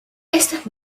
estas